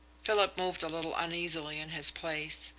philip moved a little uneasily in his place.